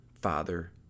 Father